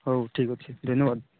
ହଉ ଠିକ୍ ଅଛି ଧନ୍ୟବାଦ